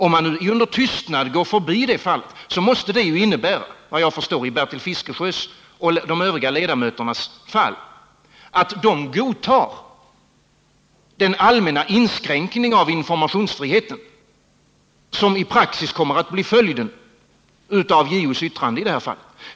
Om man under tystnad går förbi ett sådant här fall, så måste detta efter vad jag kan förstå innebära att Bertil Fiskesjö och de övriga ledamöterna i konstitutionsutskottet godtar den allmänna inskränkning av informationsfriheten som i praktiken kommer att bli följden av JO:s yttrande i det här fallet.